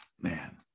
man